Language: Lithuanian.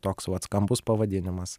toks vat skambus pavadinimas